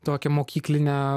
tokią mokyklinę